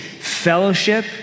fellowship